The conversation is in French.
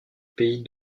pays